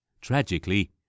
Tragically